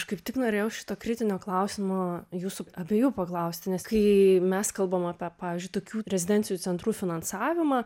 kaip tik norėjau šito kritinio klausimo jūsų abiejų paklausti nes kai mes kalbam apie pavyzdžiui tokių rezidencijų centrų finansavimą